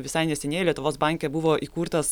visai neseniai lietuvos banke buvo įkurtas